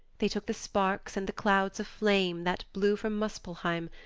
they took the sparks and the clouds of flame that blew from muspelheim,